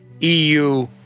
EU